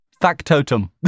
Factotum